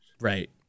Right